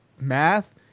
math